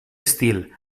estil